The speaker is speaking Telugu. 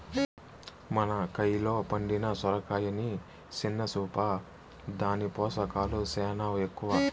మన కయిలో పండిన సొరకాయని సిన్న సూపా, దాని పోసకాలు సేనా ఎక్కవ